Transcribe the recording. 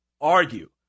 argue